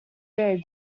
very